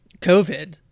COVID